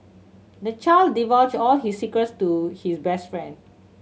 the child divulged all his secrets to his best friend